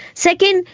second,